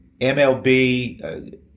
MLB